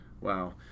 Wow